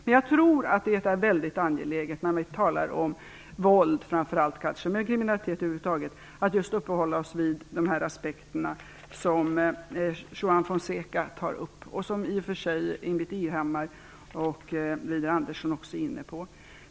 När man talar om framför allt våld men också kriminalitet över huvud taget är det väldigt angeläget att vi uppehåller oss kring de aspekter som Juan Fonseca tar upp och som Ingbritt Irhammar och Widar Andersson också var inne på.